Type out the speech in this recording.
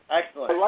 Excellent